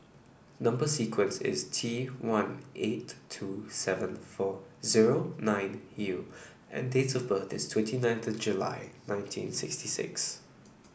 number sequence is T one eight two seven four zero nine U and date of birth is twenty nine of July nineteen sixty six